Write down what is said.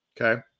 Okay